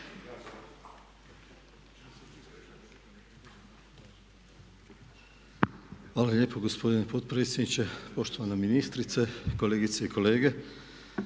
Hvala lijepa gospodine potpredsjedniče, gospođo ministrice, kolegice i kolege.